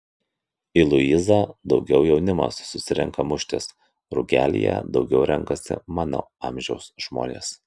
į luizą daugiau jaunimas susirenka muštis rugelyje daugiau renkasi mano amžiaus žmonės